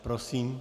Prosím.